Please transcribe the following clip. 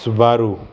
Subaru